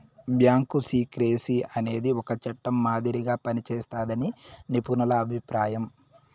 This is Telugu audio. బ్యాంకు సీక్రెసీ అనేది ఒక చట్టం మాదిరిగా పనిజేస్తాదని నిపుణుల అభిప్రాయం